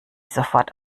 sofort